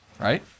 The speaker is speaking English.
right